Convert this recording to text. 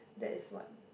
that is what